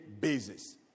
basis